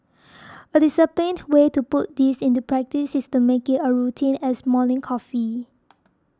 a disciplined way to put this into practice is to make it a routine as morning coffee